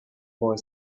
boy